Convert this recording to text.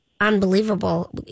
unbelievable